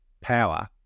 power